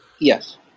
Yes